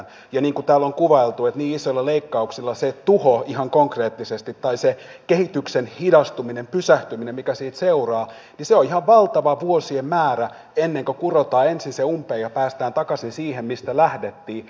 ja niin kuin täällä on kuvailtu niin isoilla leikkauksilla se tuho tai se kehityksen hidastuminen pysähtyminen mikä siitä seuraa ihan konkreettisesti se on ihan valtava vuosien määrä ennen kuin kurotaan ensin se umpeen ja päästään takaisin siihen mistä lähdettiin